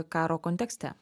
karo kontekste